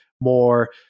more